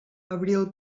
abril